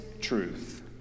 truth